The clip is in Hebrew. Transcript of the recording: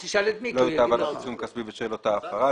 לא יוטל עליו עיצום כספי בשל אותה הפרה.